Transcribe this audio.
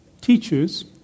teachers